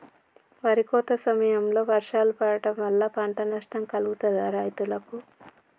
వరి కోత సమయంలో వర్షాలు పడటం వల్ల పంట నష్టం కలుగుతదా రైతులకు?